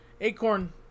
acorn